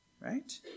right